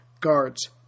guards